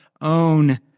own